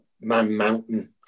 man-mountain